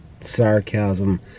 sarcasm